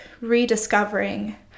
rediscovering